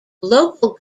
local